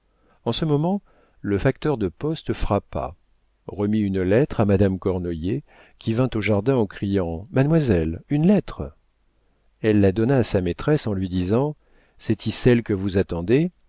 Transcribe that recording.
en ce moment le facteur de poste frappa remit une lettre à madame cornoiller qui vint au jardin en criant mademoiselle une lettre elle la donna à sa maîtresse en lui disant c'est-y celle que vous attendez